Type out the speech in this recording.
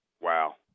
Wow